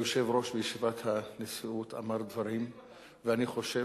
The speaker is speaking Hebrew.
היושב-ראש בישיבת הנשיאות אמר דברים ואני חושב